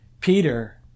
Peter